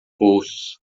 bolsos